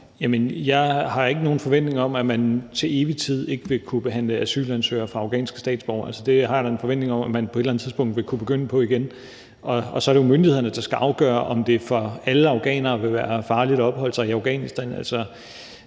jeg har ikke nogen forventning om, at man til evig tid ikke vil kunne behandle asylansøgninger fra afghanske statsborgere. Det har jeg da en forventning om man på et eller andet tidspunkt vil kunne begynde på igen, og så er det jo myndighederne, der skal afgøre, om det for alle afghanere vil være farligt at opholde sig i Afghanistan.